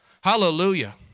Hallelujah